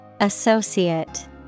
Associate